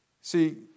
See